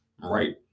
right